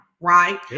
right